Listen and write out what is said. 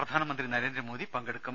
പ്രധാനമന്ത്രി നരേന്ദ്രമോദി പങ്കെടുക്കും